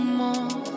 more